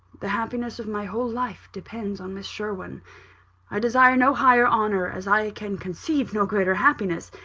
the happiness of my whole life depends on miss sherwin i desire no higher honour, as i can conceive no greater happiness,